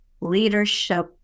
leadership